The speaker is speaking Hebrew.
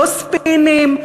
לא ספינים,